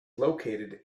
located